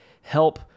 help